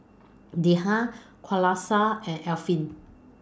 Dhia Qalisha and Alfian